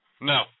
No